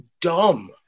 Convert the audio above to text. dumb